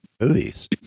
movies